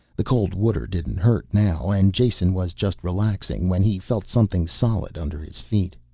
the cold water didn't hurt now and jason was just relaxing when he felt something solid under his feet.